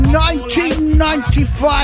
1995